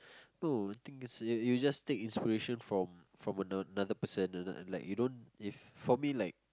not thing is you you just take inspiration from from another person another like you don't if for me like